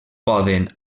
poden